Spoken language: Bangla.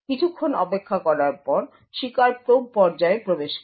তাই কিছুক্ষণ অপেক্ষা করার পর শিকার প্রোব পর্যায়ে প্রবেশ করে